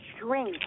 Drink